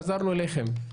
חזרנו אליכם.